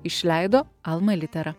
išleido alma litera